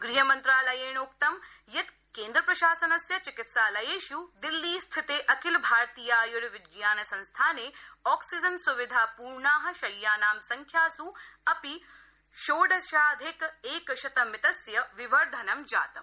गृहमन्त्रालयेणोक्तं यत् केन्द्रप्रशासनस्य चिकित्सालयेषु दिल्ली स्थिते अखिल भारतीययुर्विज्ञानसंस्थाने ऑक्सीजन सुविधापूर्णा शय्यानां संख्यासु अपि षोडशाधिक एकशतमितस्य विवर्धनं जातम्